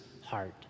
heart